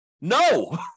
No